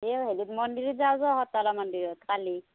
এই হেৰি মন্দিৰত যাওঁ যোৱা সতালা মন্দিৰত কালি